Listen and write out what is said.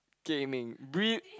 gaming breed